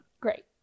Great